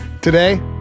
Today